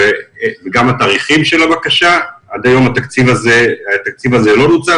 גם את תאריכי הבקשה, ועד היום התקציב הזה לא בוצע.